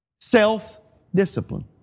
Self-discipline